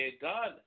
God